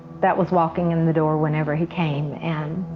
that was walking and the door whenever he came and